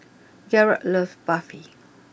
Garett loves Barfi